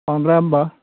बांद्राया होमब्ला